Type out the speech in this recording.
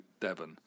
Devon